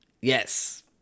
Yes